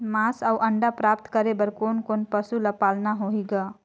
मांस अउ अंडा प्राप्त करे बर कोन कोन पशु ल पालना होही ग?